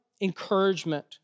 encouragement